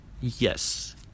Yes